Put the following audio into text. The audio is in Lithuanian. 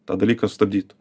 tą dalyką sustabdytų